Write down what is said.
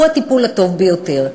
הוא הטיפול הטוב ביותר.